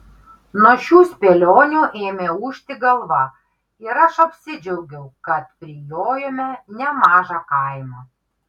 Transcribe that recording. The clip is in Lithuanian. nuo šių spėlionių ėmė ūžti galva ir aš apsidžiaugiau kad prijojome nemažą kaimą